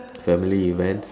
family events